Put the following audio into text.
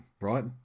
right